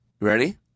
ready